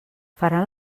faran